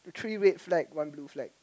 three red flag one blue flag